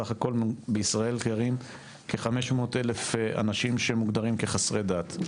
בסך הכל בישראל קיימים כ-500,000 אנשים שמוגדרים כחסרי דת.